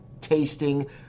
tasting